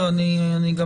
אני גם